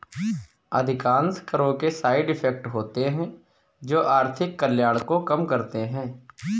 अधिकांश करों के साइड इफेक्ट होते हैं जो आर्थिक कल्याण को कम करते हैं